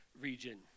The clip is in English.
region